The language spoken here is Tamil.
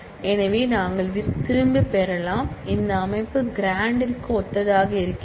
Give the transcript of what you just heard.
எனவே அதை நாங்கள் திரும்பப்பெறலாம் இந்த அமைப்பு க்ராண்ட் ற்கு ஒத்ததாக இருக்கிறது